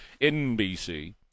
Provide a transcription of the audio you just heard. NBC